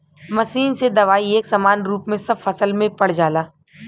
machine से दवाई एक समान रूप में सब फसल पे पड़ जाला